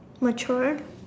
matured